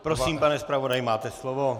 Prosím, pane zpravodaji, máte slovo.